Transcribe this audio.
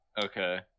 okay